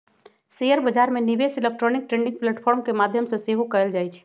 share बजार में निवेश इलेक्ट्रॉनिक ट्रेडिंग प्लेटफॉर्म के माध्यम से सेहो कएल जाइ छइ